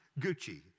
Gucci